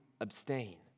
abstain